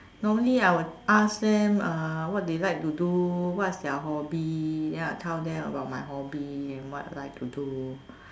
normally I would ask them uh what they like to do what's their hobby then I will tell them about my hobby what I like to do